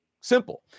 simple